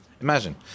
Imagine